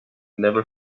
never